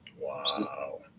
Wow